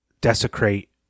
desecrate